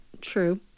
True